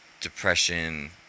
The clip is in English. depression